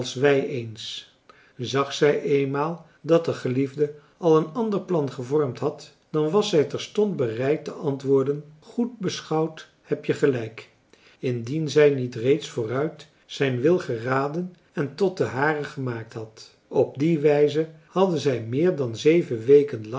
wij eens zag zij eenmaal dat de geliefde al een ander plan gevormd had dan was zij terstond bereid te antwoorden goed beschouwd heb je gelijk indien zij niet reeds vooruit zijn wil geraden en tot den hare gemaakt had op die wijze hadden zij meer dan zeven weken